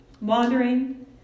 wandering